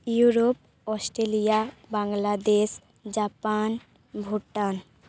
Europe Australia Bangladesh Japan Bhutan